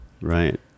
right